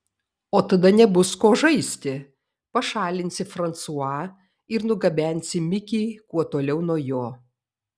o tada nebus ko žaisti pašalinsi fransua ir nugabensi mikį kuo toliau nuo jo